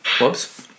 Whoops